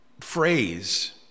phrase